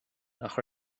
nach